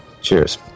Cheers